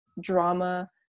drama